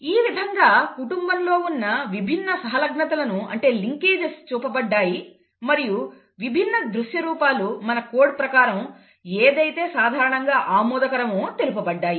ఈ విధంగా కుటుంబంలో ఉన్న విభిన్న సహలగ్నతలు అంటే లింకేజెస్ చూపబడ్డాయి మరియు విభిన్న దృశ్య రూపాలు మన కోడ్ ప్రకారం ఏదైతే సాధారణంగా ఆమోదకరమో తెలుపబడ్డాయి